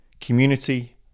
community